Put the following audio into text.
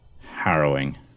harrowing